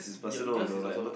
yours yours is also